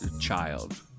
child